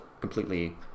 completely